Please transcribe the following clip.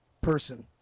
person